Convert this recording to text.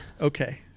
Okay